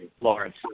Lawrence